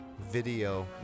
video